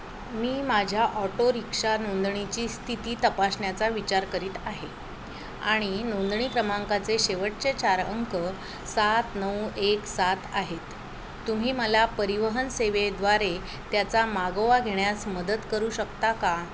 मी माझ्या ऑटोरिक्षा नोंदणीची स्थिती तपासण्याचा विचार करीत आहे आणि नोंदणी क्रमांकाचे शेवटचे चार अंक सात नऊ एक सात आहेत तुम्ही मला परिवहन सेवेद्वारे त्याचा मागोवा घेण्यास मदत करू शकता का